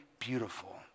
beautiful